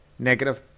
negative